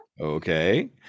okay